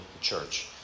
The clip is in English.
church